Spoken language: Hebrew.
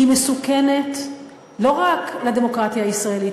היא מסוכנת לא רק לדמוקרטיה הישראלית,